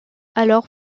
alors